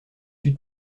sud